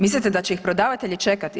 Mislite da će ih prodavatelji čekati?